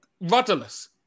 rudderless